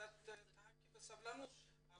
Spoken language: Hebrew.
תחכי בסבלנות.